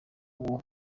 uwo